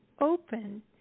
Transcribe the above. open